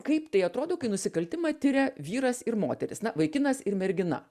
kaip tai atrodo kai nusikaltimą tiria vyras ir moteris na vaikinas ir mergina